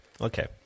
okay